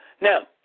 Now